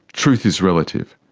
truth is relative.